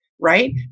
right